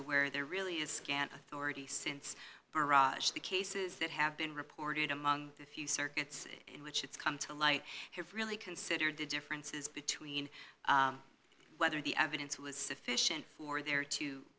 aware there really is scant authority since barrage the cases that have been reported among the few circuits in which it's come to light has really considered the differences between whether the evidence was sufficient for there to